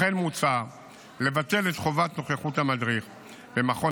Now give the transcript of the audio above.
לכן מוצע לבטל את חובת נוכחות המדריך במכון